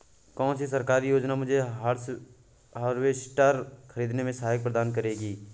कौन सी सरकारी योजना मुझे हार्वेस्टर ख़रीदने में सहायता प्रदान करेगी?